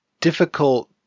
difficult